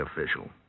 official